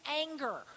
anger